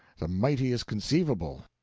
the mightiest conceivable,